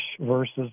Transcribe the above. versus